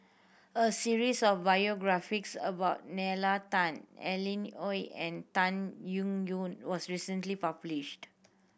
a series of biographies about Nalla Tan Alan Oei and Tan Eng Yoon was recently published